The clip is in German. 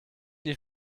die